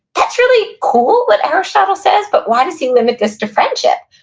that's really cool, what aristotle says, but why does he limit this to friendship?